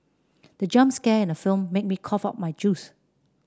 the jump scare in the film made me cough out my juice